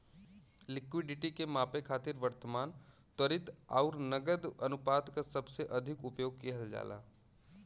liquidity के मापे खातिर वर्तमान, त्वरित आउर नकद अनुपात क सबसे अधिक उपयोग किहल जाला